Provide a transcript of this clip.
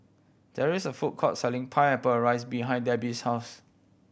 there is a food court selling Pineapple Fried rice behind Debbie's house